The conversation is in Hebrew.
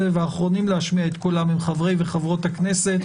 והאחרונים להשמיע את קולם הם חברי וחברות הכנסת,